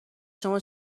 شما